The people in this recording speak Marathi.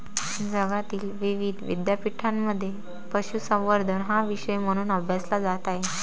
जगातील विविध विद्यापीठांमध्ये पशुसंवर्धन हा विषय म्हणून अभ्यासला जात आहे